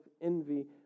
envy